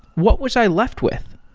what was i left with?